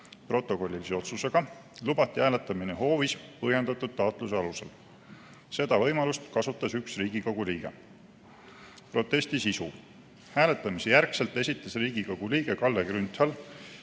protokollilise otsusega lubati hääletamine hoovis põhjendatud taotluse alusel. Seda võimalust kasutas üks Riigikogu liige. Protesti sisu. Hääletamise järgselt esitas Riigikogu liige Kalle Grünthal